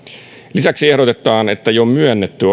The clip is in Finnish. lisäksi ehdotetaan että jo myönnetty